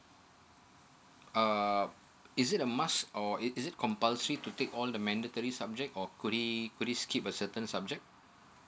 uh is it a must or it is compulsory to take all the mandatory subject or could he could he skip a certain subject